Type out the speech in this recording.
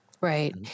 Right